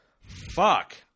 Fuck